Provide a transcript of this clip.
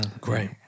Great